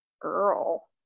girl